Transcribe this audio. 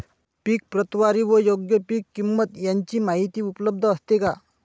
पीक प्रतवारी व योग्य पीक किंमत यांची माहिती उपलब्ध असते का?